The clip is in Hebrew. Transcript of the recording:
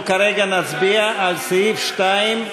אנחנו כרגע נצביע על סעיף 2,